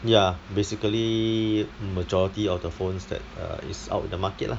ya basically majority of the phones that err is out in the market lah